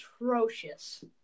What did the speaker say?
atrocious